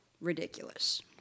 Ridiculous